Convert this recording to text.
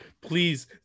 Please